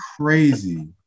crazy